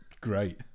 Great